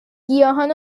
گیاهان